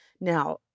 Now